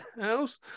house